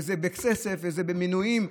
וזה בכסף וזה במינויים.